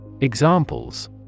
Examples